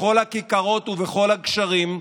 בכל כיכרות ובכל הגשרים,